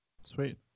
Sweet